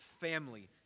family